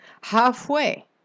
halfway